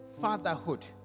fatherhood